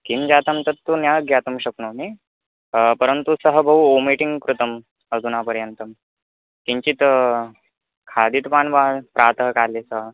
किं जातं तत्तु न ज्ञातुं श्क्नोमि परन्तु सः बहु ओमिटिङ्ग् कृतः अधुना पर्यन्तं किञ्चित् खादितवान् वा प्रातः काले सः